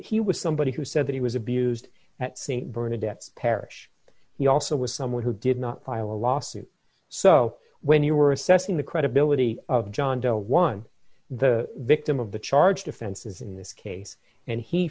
he was somebody who said that he was abused at saint bernard debt's parish he also was someone who did not file a lawsuit so when you were assessing the credibility of john doe one the victim of the charge defenses in this case and he